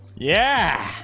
yeah